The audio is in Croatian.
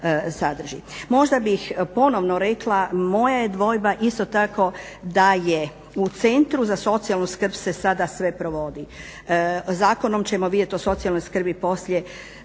Možda bih ponovno rekla, moja je dvojba isto tako da je u Centru za socijalnu skrb se sada sve provodi. Zakonom ćemo vidjeti o socijalnoj skrbi poslije